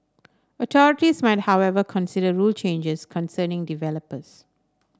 authorities might however consider rule changes concerning developers